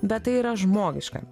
bet tai yra žmogiška